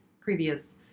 previous